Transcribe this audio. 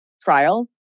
trial